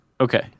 Okay